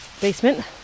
Basement